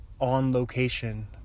on-location